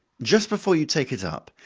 just before you take it up,